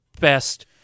best